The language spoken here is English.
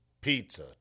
pizza